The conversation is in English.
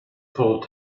full